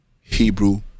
Hebrew